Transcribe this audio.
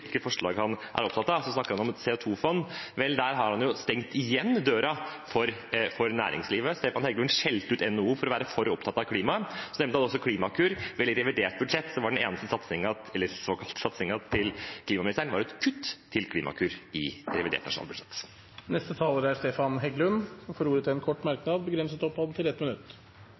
hvilke forslag han er opptatt av, å snakke om et CO2-fond. Vel, der har han stengt igjen døren for næringslivet. Stefan Heggelund skjelte ut NHO for å være for opptatt av klimaet. Han nevnte også Klimakur. I revidert budsjett var den eneste såkalte satsingen fra klimaministeren et kutt for Klimakur. Representanten Stefan Heggelund har hatt ordet to ganger tidligere og får ordet til en kort merknad, begrenset til 1 minutt.